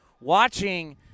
watching